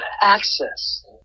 access